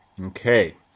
Okay